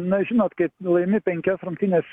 na žinot kai laimi penkias rungtynes